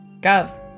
Gov